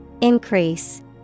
Increase